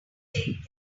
take